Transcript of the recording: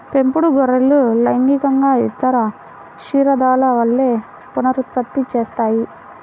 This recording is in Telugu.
పెంపుడు గొర్రెలు లైంగికంగా ఇతర క్షీరదాల వలె పునరుత్పత్తి చేస్తాయి